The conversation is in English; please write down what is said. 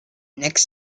next